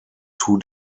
two